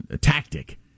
tactic